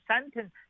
sentence